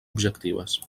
objectives